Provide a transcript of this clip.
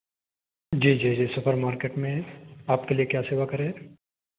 जी जी जी supermarket में आपके लिए क्या सेवा करें